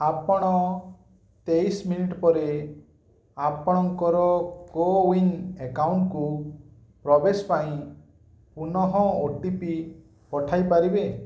ଆପଣ ତେଇଶ ମିନିଟ୍ ପରେ ଆପଣଙ୍କର କୋୱିନ୍ ଆକାଉଣ୍ଟ୍କୁ ପ୍ରବେଶ ପାଇଁ ପୁନଃ ଓ ଟି ପି ପଠାଇ ପାରିବେ